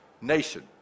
nation